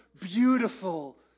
Beautiful